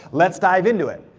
let's dive into it.